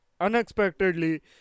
Unexpectedly